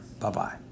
Bye-bye